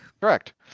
Correct